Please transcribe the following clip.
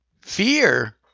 Fear